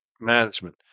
management